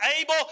able